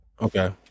okay